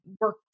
work